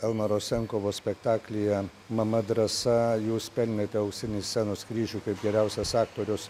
elmaro senkovo spektaklyje mama drąsa jūs pelnėte auksinį scenos kryžių kaip geriausias aktorius